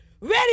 ready